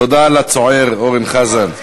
תודה לצוער אורן חזן.